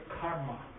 karma